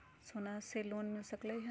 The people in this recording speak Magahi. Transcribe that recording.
सोना से लोन मिल सकलई ह?